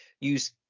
use